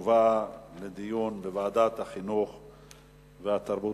תובא לדיון בוועדת החינוך והתרבות.